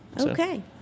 Okay